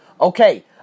okay